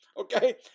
Okay